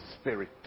Spirit